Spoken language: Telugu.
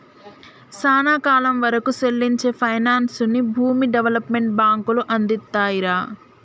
సానా కాలం వరకూ సెల్లించే పైనాన్సుని భూమి డెవలప్మెంట్ బాంకులు అందిత్తాయిరా